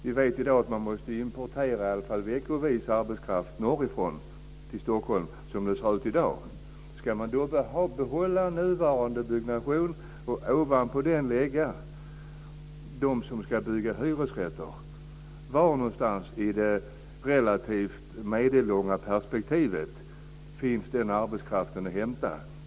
Vi vet att man som det ser ut i dag i alla fall veckovis måste importera arbetskraft norrifrån till Stockholm. Ska man behålla nuvarande byggnation och därtill lägga dem som ska bygga hyresrätter, var någonstans i det relativt medellånga perspektivet finns den arbetskraften att hämta?